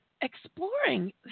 exploring